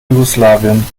jugoslawien